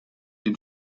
den